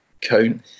count